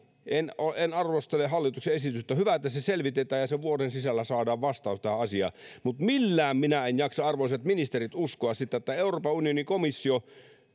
en arvostele hallituksen esitystä hyvä että se selvitetään ja vuoden sisällä saadaan vastaus tähän asiaan mutta millään minä en jaksa arvoisat ministerit uskoa sitä että euroopan unionin komissio